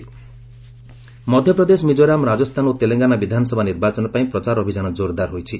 campaigning Madhya Pradesh Mizoram Rajasthan ଓ ତେଲେଙ୍ଗାନା ବିଧାନସଭା ନିର୍ବାଚନ ପାଇଁ ପ୍ରଚାର ଅଭିଯାନ ଜୋରଦାର ହୋଇଛି